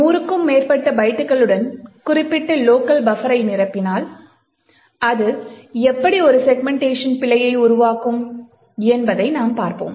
100 க்கும் மேற்பட்ட பைட்டுகளுடன் குறிப்பிட்ட லோக்கல் பஃபரை நிரப்பினால் அது எப்படி ஒரு செக்மென்ட்டேஷன் பிழையை உருவாக்கும் என்பதை நாம் பார்ப்போம்